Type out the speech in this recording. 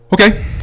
Okay